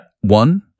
One